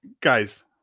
guys